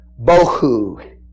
bohu